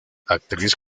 actriz